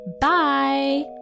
bye